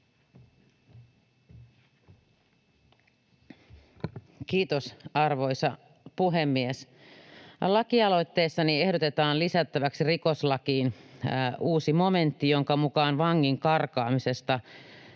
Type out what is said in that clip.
Kiitos, arvoisa puhemies! Lakialoitteessani ehdotetaan lisättäväksi rikoslakiin uusi momentti, jonka mukaan vangin karkaamisesta